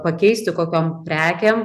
pakeisti kokiom prekėm